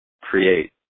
create